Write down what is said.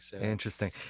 Interesting